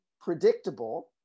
predictable